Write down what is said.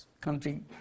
country